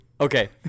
Okay